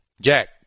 Jack